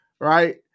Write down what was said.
Right